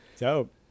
dope